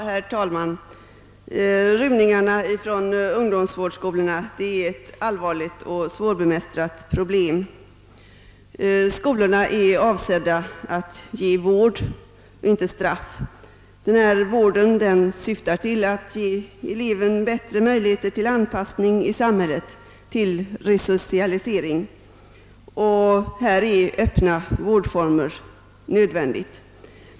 Herr talman! Rymningarna från ungdomsvårdsskolorna är ett allvarligt och svårbemästrat problem. Skolorna är avsedda att ge vård, inte straff. Den här vården syftar till att ge eleverna bättre möjligheter till anpassning i samhället, till resocialisering. Och därvidlag är öppna vårdformer nödvändigt.